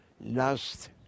last